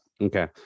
Okay